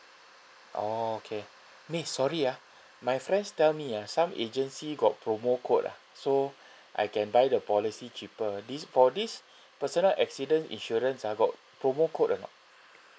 oh okay miss sorry ah my friends tell me ah some agency got promo code ah so I can buy the policy cheaper this for this personal accident insurance ah got promo code or not